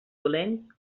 dolent